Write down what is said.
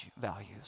values